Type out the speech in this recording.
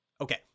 Okay